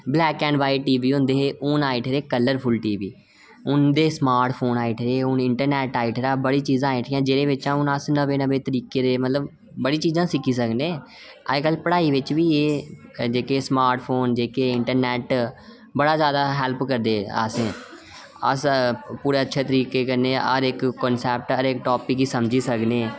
black and white TV होंदे हे हून आई ऐठे दे कलरफुल टीवी हून ते स्मार्ट फोन आई ऐठे दे हून इंटरनेट आई ऐठे दा बड़ी चीजां आई ऐठी दियां जेह्दे बिच अस नवें नवें तरीके दे मतलब अस बड़ी चीजां सिक्खी सकने अजकल पढ़ाई बिच बी एह् जेहके स्मार्ट फोन जेह्के इंटरनेट बड़ा जैदा हेल्प करदे असें अस पूरे अच्छे तरीके कन्नै हर इक कन्सैप्ट हर इक टापिक गी समझी सकने